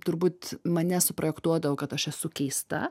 turbūt mane suprojektuodavo kad aš esu keista